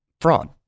fraud